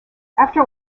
after